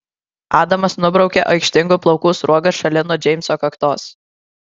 adamas nubraukia aikštingų plaukų sruogas šalin nuo džeimso kaktos